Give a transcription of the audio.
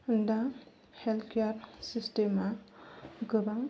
दा healthcare system आ गोबां